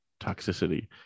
toxicity